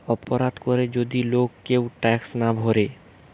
অপরাধ করে যদি লোক কেউ ট্যাক্স না ভোরে